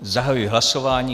Zahajuji hlasování.